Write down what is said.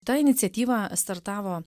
ta iniciatyva startavo